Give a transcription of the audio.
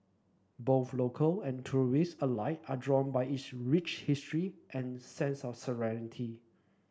both local and tourists alike are drawn by its rich history and sense of serenity